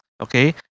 okay